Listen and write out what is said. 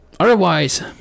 Otherwise